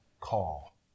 call